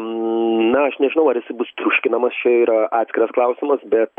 na aš nežinau ar jisai bus triuškinamas čia yra atskiras klausimas bet